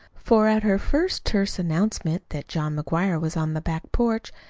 for at her first terse announcement that john mcguire was on the back porch,